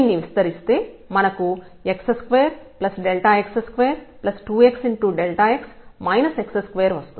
దీన్ని విస్తరిస్తే మనకు x2x22xx x2 వస్తుంది